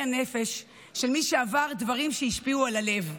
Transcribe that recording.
הנפש של מי שעבר דברים שהשפיעו על הלב,